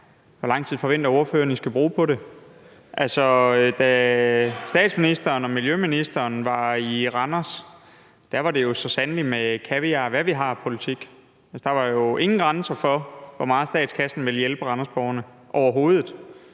Hvor lang tid forventer ordføreren at I skal bruge på det? Altså, da statsministeren og miljøministeren var i Randers, var det så sandelig med kaviar er, hva' vi har-politik. Altså, der var jo ingen grænser for, hvor meget statskassen ville hjælpe randersborgerne – overhovedet.